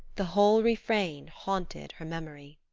the whole refrain haunted her memory.